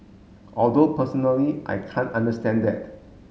although personally I can't understand that